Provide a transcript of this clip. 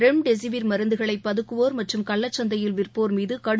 remdesivir மருந்துகளை பதுக்குவோர் மற்றும் கள்ளசந்தையில் விற்போர் மீது கடும்